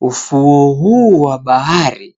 Ufuo huo wa bahari